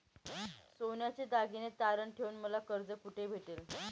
सोन्याचे दागिने तारण ठेवून मला कर्ज कुठे भेटेल?